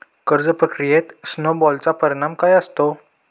कर्ज प्रक्रियेत स्नो बॉलचा परिणाम काय असतो?